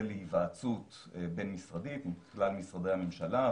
להיוועצות בין-משרדית עם כלל משרדי הממשלה,